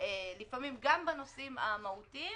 לפעמים גם בנושאים המהותיים,